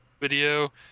video